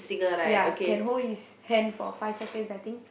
ya can hold his hand for five seconds I think